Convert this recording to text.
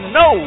no